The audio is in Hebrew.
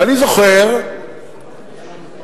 ואני זוכר פעמים,